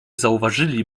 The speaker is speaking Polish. zauważyli